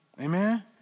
Amen